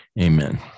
Amen